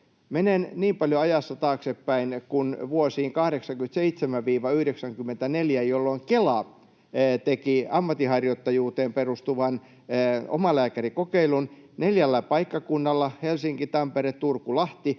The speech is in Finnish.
Menen niin paljon ajassa taaksepäin kuin vuosiin 87—94, jolloin Kela teki ammatinharjoittajuuteen perustuvan omalääkärikokeilun neljällä paikkakunnalla — Helsinki, Tampere, Turku, Lahti.